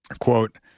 quote